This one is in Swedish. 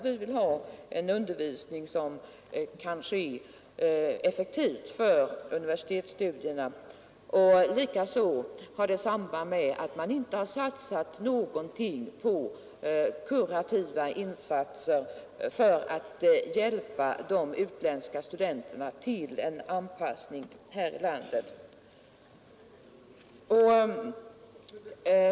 Vi vill i detta avseende ha en utbildning som är effektiv för universitetsstudierna. Lik samband med att man inte har satsat någonting på kurativa insatser för att hjälpa de utländska studenterna till anpassning här i landet.